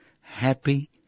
Happy